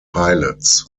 pilots